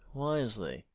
wisely.